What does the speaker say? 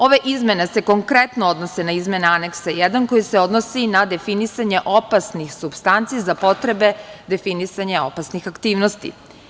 Ove izmene se konkretno odnese na izmene Aneksa 1, koji se odnosi na definisanje opasnih supstanci za potrebe definisanja opasnih aktivnosti.